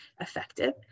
effective